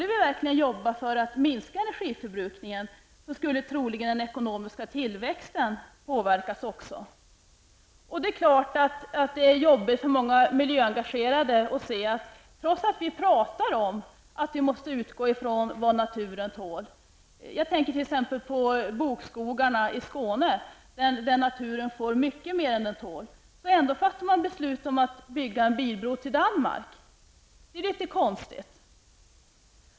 Om vi verkligen skulle arbeta för att minska energiförbrukningen, skulle troligen den ekonomiska tillväxten påverkas också. Det är klart att det är jobbigt för många miljöengagerade, trots allt prat om att vi måste utgå ifrån vad naturen tål, -- jag tänker t.ex. på bokskogarna i Skåne -- att man ändå fattar man beslut om att bygga en bilbro till Danmark. Det är litet konstigt.